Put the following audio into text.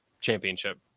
championship